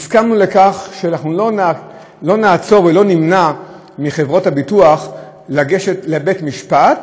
הסכמנו לכך שלא נעצור ולא נמנע מחברות הביטוח לגשת לבית-המשפט,